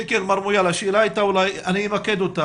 אני אמקד את השאלה.